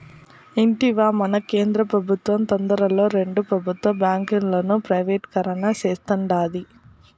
ఇంటివా, మన కేంద్ర పెబుత్వం తొందరలో రెండు పెబుత్వ బాంకీలను ప్రైవేటీకరణ సేస్తాండాది